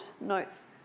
notes